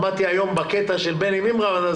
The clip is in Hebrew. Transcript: שמעתי היום בקטע של בני מימרן,